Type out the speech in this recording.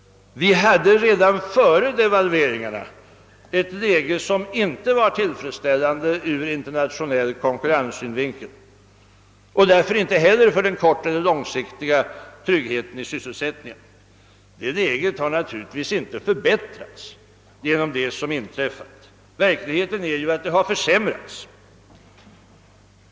Vi hade redan före devalveringen en situation som inte var tillfredsställande ur internationell konkurrenssynvinkel och därför inte heller för den korteller långsiktiga tryggheten i sysselsättningen. Deita läge har naturligtvis inte förbättrats genom det som inträffat. Verkligheten är att det har försämrats.